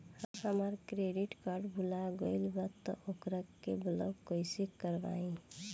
हमार credit card भुला गएल बा त ओके ब्लॉक कइसे करवाई?